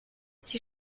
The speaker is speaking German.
die